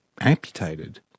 amputated